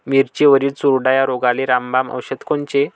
मिरचीवरील चुरडा या रोगाले रामबाण औषध कोनचे?